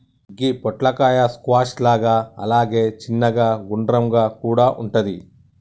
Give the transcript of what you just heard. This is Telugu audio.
గి పొట్లకాయ స్క్వాష్ లాగా అలాగే చిన్నగ గుండ్రంగా కూడా వుంటది